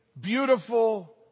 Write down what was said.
beautiful